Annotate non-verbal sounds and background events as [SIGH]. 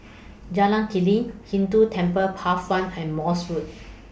Jalan Klinik Hindu Cemetery Path one and Morse Road [NOISE]